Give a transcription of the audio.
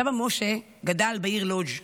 סבא משה גדל בעיר לודז'.